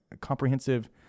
comprehensive